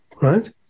right